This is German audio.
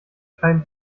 kein